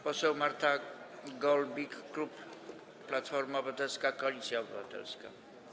Poseł Marta Golbik, klub Platforma Obywatelska - Koalicja Obywatelska.